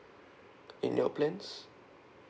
in your plans